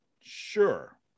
sure